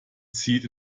zieht